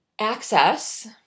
access